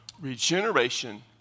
Regeneration